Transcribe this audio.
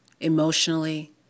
Emotionally